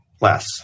less